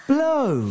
Blow